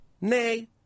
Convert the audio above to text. Nay